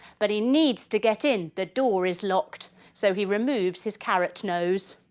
but he needs to get in. the door is locked. so he removes his carrot nose.